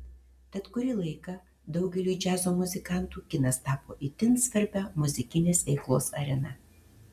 tad kurį laiką daugeliui džiazo muzikantų kinas tapo itin svarbia muzikinės veiklos arena